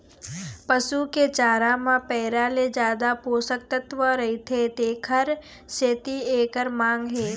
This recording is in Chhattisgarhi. पसू के चारा म पैरा ले जादा पोषक तत्व रहिथे तेखर सेती एखर मांग हे